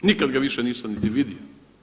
Nikada ga više nisam niti vidio.